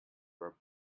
were